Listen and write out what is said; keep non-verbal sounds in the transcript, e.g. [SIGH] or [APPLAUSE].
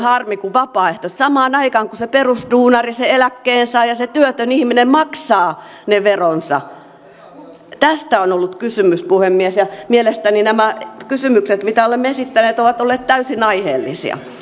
[UNINTELLIGIBLE] harmi kun vapaaehtoisesti samaan aikaan kun se perusduunari se eläkkeensaaja ja se työtön ihminen maksaa ne veronsa tästä on ollut kysymys puhemies ja mielestäni nämä kysymykset mitä olemme esittäneet ovat olleet täysin aiheellisia